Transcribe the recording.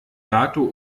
dato